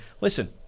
Listen